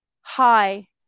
Hi